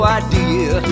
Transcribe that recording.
idea